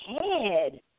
head